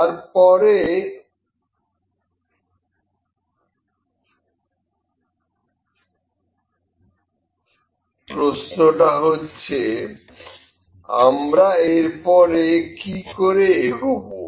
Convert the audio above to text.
তারপর প্রশ্নটা হচ্ছে আমরা এরপরে কি করে এগোবো